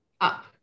up